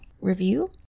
review